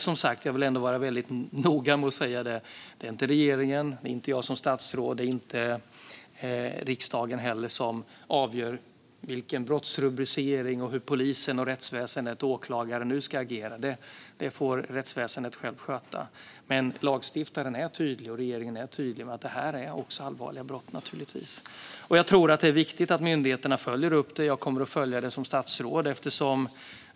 Jag vill dock vara noga med att säga att det inte är regeringen, inte jag som statsråd, inte heller riksdagen som avgör brottsrubriceringen eller hur polisen och rättsväsendet med åklagare nu ska agera. Det får rättsväsendet själv sköta. Men lagstiftaren och regeringen är tydliga med att det är allvarliga brott. Jag tror att det är viktigt att myndigheterna följer upp det. Jag kommer att följa det som statsråd.